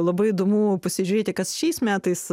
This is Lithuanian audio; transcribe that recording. labai įdomu pasižiūrėti kas šiais metais